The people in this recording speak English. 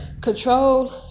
Control